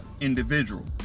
Individual